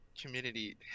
community